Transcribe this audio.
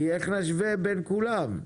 כי איך נשווה בין כולם?